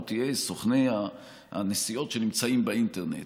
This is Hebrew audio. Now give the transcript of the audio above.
סוכני הנסיעות שנמצאים באינטרנט,